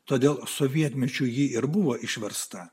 todėl sovietmečiu ji ir buvo išversta